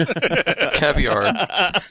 Caviar